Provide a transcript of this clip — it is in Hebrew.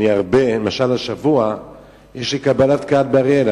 אני הרבה, למשל, השבוע יש לי קבלת קהל באריאל.